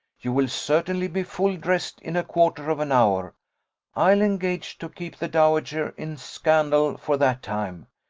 you will certainly be full dressed in a quarter of an hour i'll engage to keep the dowager in scandal for that time.